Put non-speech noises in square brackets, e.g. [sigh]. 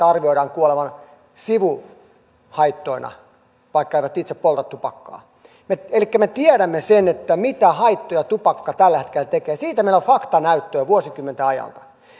[unintelligible] arvioidaan kuolevan sivuhaittoina vaikkeivät he itse polta tupakkaa elikkä me tiedämme sen mitä haittoja tupakka tällä hetkellä tekee siitä meillä on faktanäyttöä vuosikymmenten ajalta